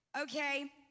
okay